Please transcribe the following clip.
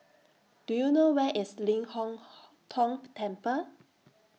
Do YOU know Where IS Ling Hong Tong Temple